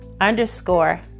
underscore